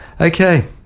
Okay